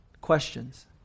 questions